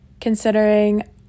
considering